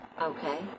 Okay